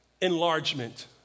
enlargement